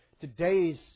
Today's